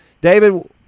David